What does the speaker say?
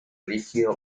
líquido